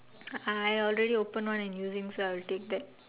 I already opened one and using so I'll take that